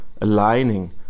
aligning